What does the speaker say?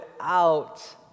out